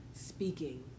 speaking